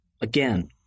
Again